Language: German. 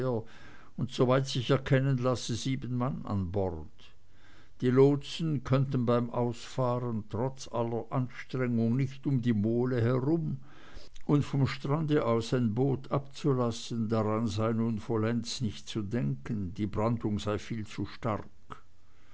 und soweit sich erkennen lasse sieben mann an bord die lotsen könnten beim ausfahren trotz aller anstrengung nicht um die mole herum und vom strand aus ein boot abzulassen daran sei nun vollends nicht zu denken die brandung sei viel zu stark